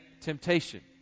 temptation